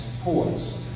ports